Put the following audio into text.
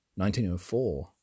1904